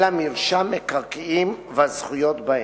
אלא מרשם מקרקעין והזכויות בהם.